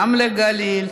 גם לגליל,